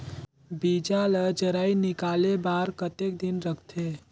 बीजा ला जराई निकाले बार कतेक दिन रखथे?